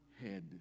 head